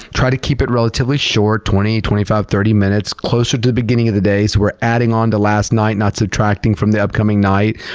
try to keep it relatively short, twenty, twenty five, thirty minutes, closer to the beginning of the day so we're adding onto last night not subtracting from the upcoming night.